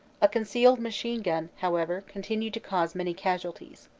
a concealed machine-gun, however, continued to cause many casualties.